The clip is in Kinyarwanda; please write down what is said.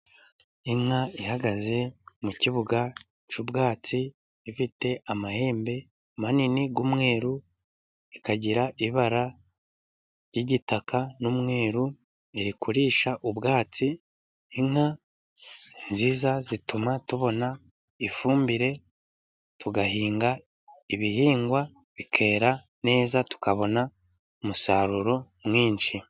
Inka ihagaze mu kibuga cy'ubwatsi ifite amahembe manini y'umweruru, ikagira ibara ry'igitaka n'umweru, iri kurisha ubwatsi. Inka nziza zituma tubona ifumbire tugahinga ibihingwa bikera neza, tukabona umusaruro mwinshi.